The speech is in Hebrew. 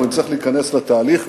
אנחנו נצטרך להיכנס לתהליך,